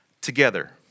together